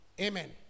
Amen